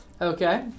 Okay